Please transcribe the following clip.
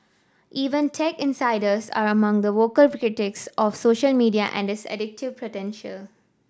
even tech insiders are among the vocal critics of social media and its addictive potential